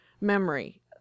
memory